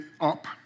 up